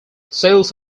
sales